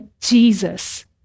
Jesus